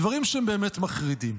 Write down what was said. דברים שהם באמת מחרידים.